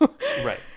right